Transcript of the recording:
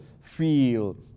feel